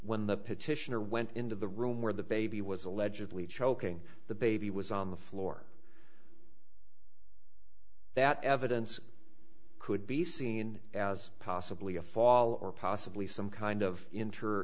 when the petitioner went into the room where the baby was allegedly choking the baby was on the floor that evidence could be seen as possibly a fall or possibly some kind of inter